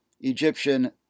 Egyptian